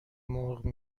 مرغ